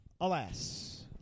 Alas